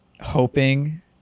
hoping